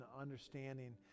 understanding